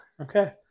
okay